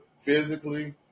physically